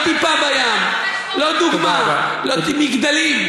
לא דוגמית, לא טיפה בים, לא דוגמה, מגדלים.